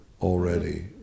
Already